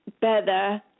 better